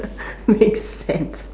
make sense